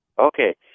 Okay